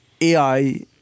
AI